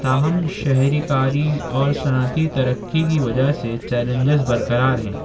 تاہم شہری کاری اور صنعتی ترقی کی وجہ سے چیلنجز برقرار ہیں